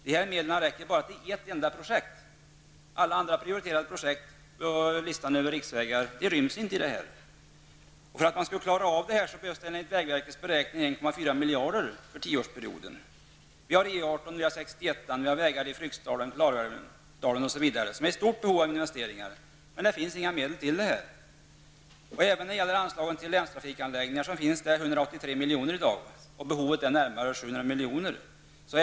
Dessa medel räcker bara till ett enda projekt. Alla andra prioriterade projekt på listan för riksvägar inryms inte. För att man skulle kunna klara av detta behövs det enligt vägverkets beräkning 1,4 miljarder kronor för denna tioårsperiod. Projekten gäller E 18, väg 61 som är i stort behov av investeringar, men det finns inga medel till detta. Även när det gäller anslaget till länstrafikanläggningar finns det 183 milj.kr., och behovet är närmare 700 milj.kr.